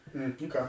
Okay